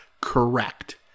correct